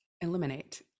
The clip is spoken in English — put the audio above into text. eliminate